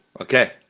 Okay